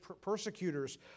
persecutors